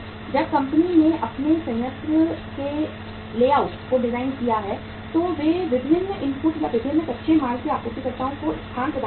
जब कंपनी ने अपने संयंत्र के लेआउट को डिजाइन किया है तो वे विभिन्न इनपुट या विभिन्न कच्चे माल के आपूर्तिकर्ताओं को स्थान प्रदान करते हैं